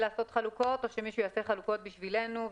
לעשות חלוקות או שמישהו יעשה חלוקות בשבילנו.